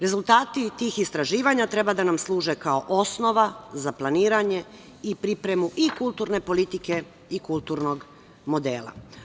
Rezultati tih istraživanja treba da nam služe kao osnova za planiranje i pripremu i kulturne politike i kulturnog modela.